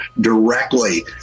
directly